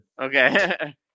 Okay